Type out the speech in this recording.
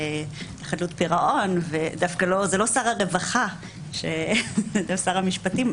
חדלות פירעון וזה לא שר הרווחה אלא שר המשפטים.